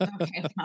okay